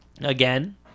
Again